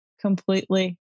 completely